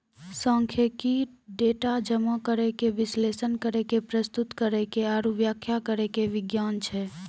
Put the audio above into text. सांख्यिकी, डेटा जमा करै के, विश्लेषण करै के, प्रस्तुत करै के आरु व्याख्या करै के विज्ञान छै